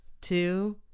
two